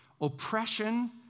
oppression